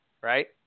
right